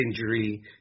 injury